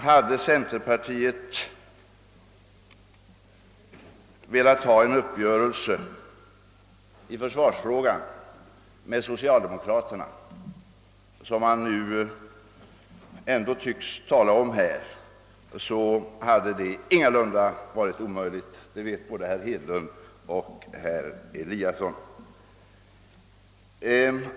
Hade centerpartiet velat träffa en uppgörelse med socialdemokraterna i försvarsfrågan, vilket man nu ändå tycks tala om, hade det ingalunda varit omöjligt — det vet både herr Hedlund och herr Eliasson.